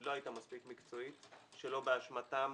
לא הייתה מספיק מקצועית, שלא באשמתם.